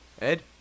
Ed